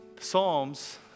Psalms